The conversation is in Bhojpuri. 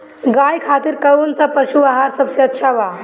गाय खातिर कउन सा पशु आहार सबसे अच्छा बा?